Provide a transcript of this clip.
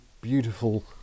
beautiful